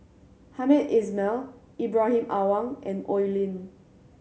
Hamed Ismail Ibrahim Awang and Oi Lin